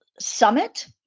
summit